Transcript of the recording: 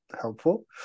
helpful